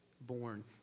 born